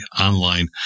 online